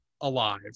alive